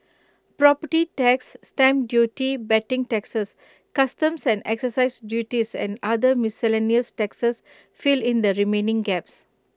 property tax stamp duty betting taxes customs and exercise duties and other miscellaneous taxes fill in the remaining gaps